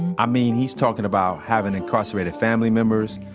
i mean he's talking about having incarcerated family members,